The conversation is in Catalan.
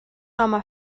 home